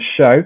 show